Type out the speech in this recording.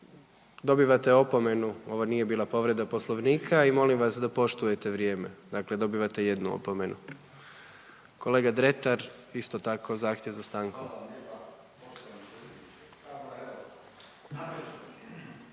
dobivate opomenu. Ovo nije bila povreda Poslovnika i molim vas da poštujete vrijeme, dakle dobivate jednu opomenu. Kolega Dretar isto tako zahtjev za stankom.